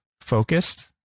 focused